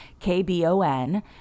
KBON